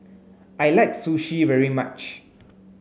I like Sushi very much